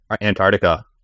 Antarctica